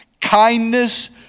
kindness